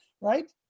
right